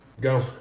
Go